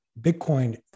Bitcoin